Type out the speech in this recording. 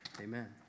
Amen